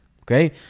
okay